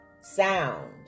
sound